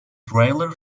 trailer